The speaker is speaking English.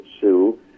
Sue